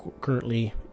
currently